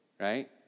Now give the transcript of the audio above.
right